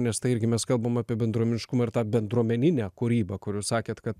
nes tai irgi mes kalbam apie bendruomeniškumą ir tą bendruomeninę kūrybą kur jūs sakėt kad